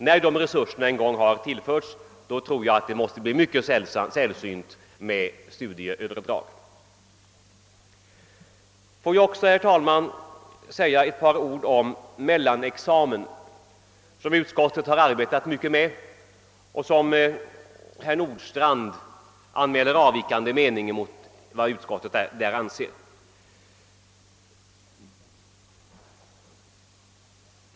När de resurserna en gång har tillförts tror jag det måste bli mycket sällsynt med studieöverdrag. Får jag också, herr talman, säga ett par ord om mellanexamen, som utskottet har arbetat mycket med. Herr Nordstrandh har på den punkten anmält avvikande mening gentemot vad utskottet anfört.